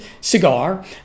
cigar